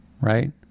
right